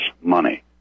money